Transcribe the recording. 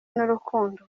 n’urukundo